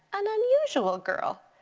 an unusual girl.